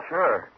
Sure